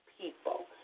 people